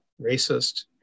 racist